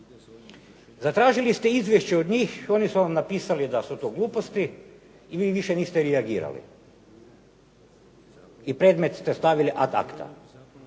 Zatražili ste izvješće od njih, oni su vam napisali da su to gluposti i vi više niste reagirali i predmet ste stavili ad acta.